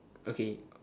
okay